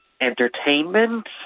entertainment